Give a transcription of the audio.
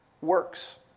works